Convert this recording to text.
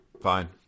fine